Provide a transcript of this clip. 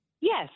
Yes